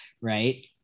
Right